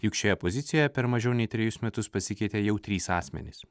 juk šioje pozicijoje per mažiau nei trejus metus pasikeitė jau trys asmenys